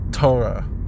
Torah